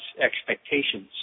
expectations